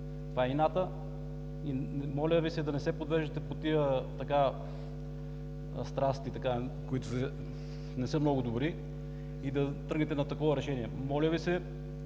Това е инатът. Моля Ви да не се подвеждате под тези страсти, които не са много добри, и да тръгнете на такова решение. Моля Ви се,